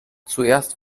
zuerst